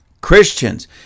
Christians